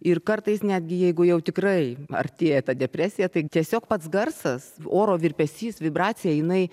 ir kartais netgi jeigu jau tikrai artėja ta depresija tai tiesiog pats garsas oro virpesys vibracija jinai